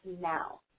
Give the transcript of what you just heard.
now